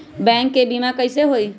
Bank से बिमा कईसे होई?